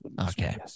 Okay